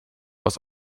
aus